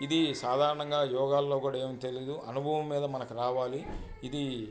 ఇది సాధారణంగా యోగాల్లో గూడా ఏమి తెలీదు అనుభవం మీద మనకి రావాలి ఇదీ